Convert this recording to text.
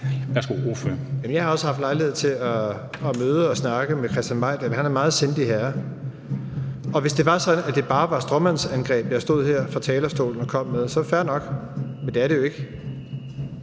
jeg har også haft lejlighed til at møde og til at snakke med Christian Mejdahl; han er en meget sindig herre. Hvis det var sådan, at det bare var stråmandsangreb, jeg stod her fra talerstolen og kom med, så fair nok. Men det er det jo ikke.